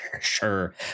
sure